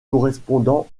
correspondant